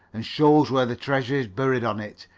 and shows where the treasure is buried on it,